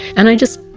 and i just,